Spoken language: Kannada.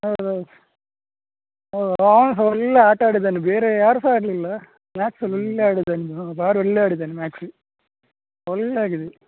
ಹೌದೌದ್ ಹಾಂ ಅವ್ನು ಸಹ ಒಳ್ಳೆ ಆಟ ಆಡಿದ್ದಾನೆ ಬೇರೆ ಯಾರು ಸಹ ಆಡಲಿಲ್ಲ ಮ್ಯಾಕ್ಸಲ್ ಒಳ್ಳೆ ಆಡಿದಾನೆ ಹಾಂ ಬಾಲ್ ಒಳ್ಳೆ ಆಡಿದಾನೆ ಮ್ಯಾಕ್ಸ್ ಒಳ್ಳೆ ಆಗಿದೆ